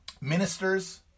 ministers